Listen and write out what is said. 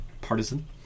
partisan